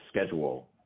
schedule